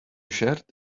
shared